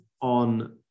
on